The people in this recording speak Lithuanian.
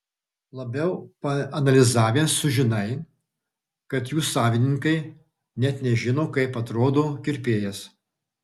labiau paanalizavęs sužinai kad jų savininkai net nežino kaip atrodo kirpėjas